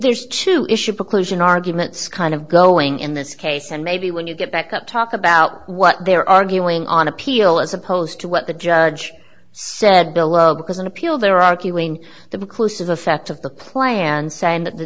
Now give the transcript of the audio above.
occlusion arguments kind of going in this case and maybe when you get back up talk about what they're arguing on appeal as opposed to what the judge said below because on appeal they're arguing the mcclish of effect of the plan saying that the